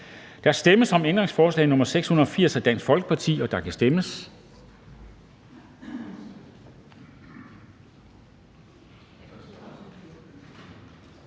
Der stemmes om ændringsforslag nr. 680 af DF, og der kan stemmes.